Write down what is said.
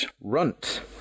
Runt